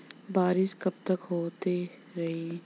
बरिस कबतक होते रही?